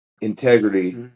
integrity